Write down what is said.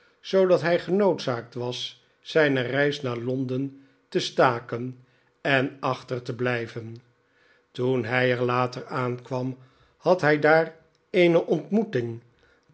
zoodat hij genoodzaakt was zijne reis naar londen te staken en achter te blijven toen hij er later aankwam had hij daar eene ontmoeting